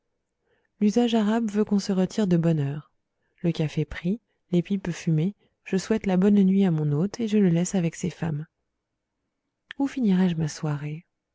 l'usage arabe veut qu'on se retire de bonne heure le café pris les pipes fumées je souhaite la bonne nuit à mon hôte et je le laisse avec ses femmes où finirai je ma soirée